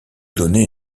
donner